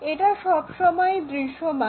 এটা সবসময়ই দৃশ্যমান